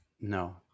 No